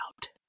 out